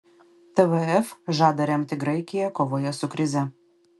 tvf žada remti graikiją kovoje su krize